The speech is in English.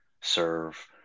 serve